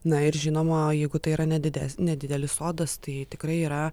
na ir žinoma jeigu tai yra nedides nedidelis sodas tai tikrai yra